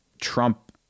Trump